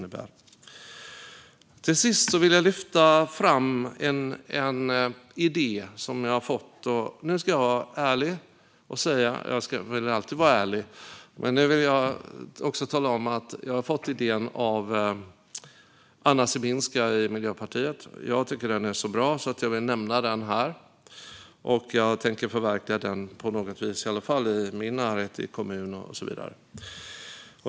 Till sist vill jag lyfta fram en idé som jag har fått. Nu ska jag vara ärlig. Jag ska väl alltid vara ärlig, men nu vill jag tala om att jag har fått idén av Anna Sibinska i Miljöpartiet. Jag tycker att den är så bra att jag vill nämna den här. Jag tänker förverkliga den på något vis, i alla fall i min närhet, i kommunen och så vidare.